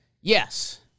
Yes